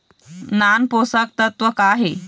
नान पोषकतत्व का हे?